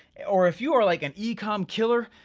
or if you are like an e-comm killer,